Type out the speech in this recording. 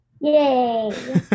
Yay